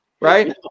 Right